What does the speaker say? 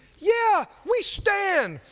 yeah, we stand,